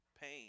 Pain